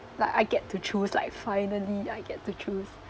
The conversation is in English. like I get to choose like finally I get to choose